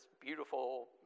beautiful